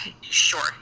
sure